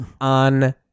on